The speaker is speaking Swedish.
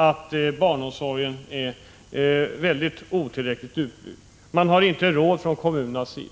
Kommunerna har inte råd att bygga ut barnomsorgen i tillräcklig omfattning.